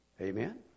Amen